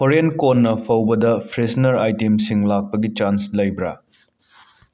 ꯍꯣꯔꯦꯟ ꯀꯣꯟꯅ ꯐꯥꯎꯕꯗ ꯐ꯭ꯔꯦꯁꯅꯔ ꯑꯩꯏꯇꯦꯝꯁꯤꯡ ꯂꯥꯛꯄꯒꯤ ꯆꯥꯟꯁ ꯂꯩꯕꯔ